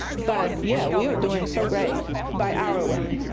but yeah we were doing so great by our women,